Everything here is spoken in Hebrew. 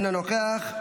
אינו נוכח,